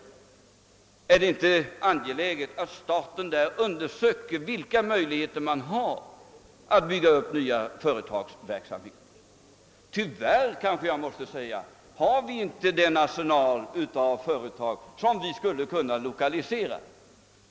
Är det inte angeläget att staten där undersöker vilka möjligheter den har att bygga upp ny företagsverksamhet? Tyvärr har vi inte den arsenal av företag som vi skulle kunna behöva lokalisera.